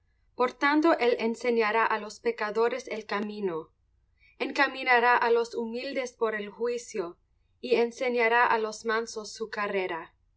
tanto él enseñará á los pecadores el camino encaminará á los humildes por el juicio y enseñará á los mansos su carrera